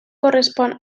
correspon